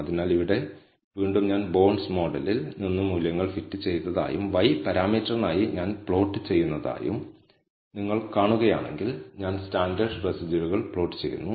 അതിനാൽ ഇവിടെ വീണ്ടും ഞാൻ ബോണ്ട് മോഡലിൽ നിന്ന് മൂല്യങ്ങൾ ഫിറ്റ് ചെയ്തതായും y പാരാമീറ്ററിനായി ഞാൻ പ്ലോട്ട് ചെയ്യുന്നതായും നിങ്ങൾ കാണുകയാണെങ്കിൽ ഞാൻ സ്റ്റാൻഡേർഡ് റെസിജ്വലുകൾ പ്ലോട്ട് ചെയ്യുന്നു